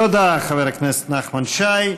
תודה לחבר הכנסת נחמן שי.